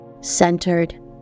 centered